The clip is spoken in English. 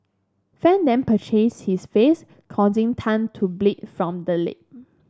Fan then purchase his face causing Tan to bleed from the lip